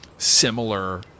Similar